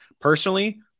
personally